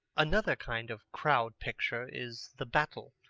another kind of crowd picture is the battle,